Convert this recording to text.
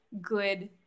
good